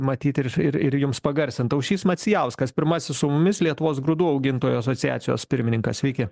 matyti ir ir ir jums pagarsint aušrys macijauskas pirmasis su mumis lietuvos grūdų augintojų asociacijos pirmininkas sveiki